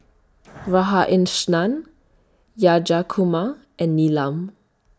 Radhakrishnan and Neelam